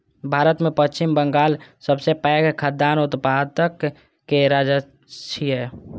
भारत मे पश्चिम बंगाल सबसं पैघ खाद्यान्न उत्पादक राज्य छियै